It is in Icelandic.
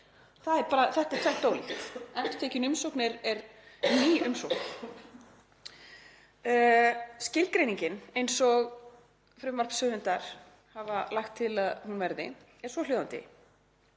hafa breyst. Þetta er tvennt ólíkt. Endurtekin umsókn er ný umsókn. Skilgreiningin eins og frumvarpshöfundar hafa lagt til að hún verði er svohljóðandi,